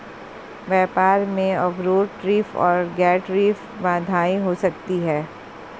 व्यापार में अवरोध टैरिफ और गैर टैरिफ बाधाएं हो सकती हैं